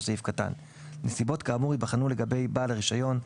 סעיף קטן; נסיבות כאמור ייבחנו לגבי בעל הרישיון,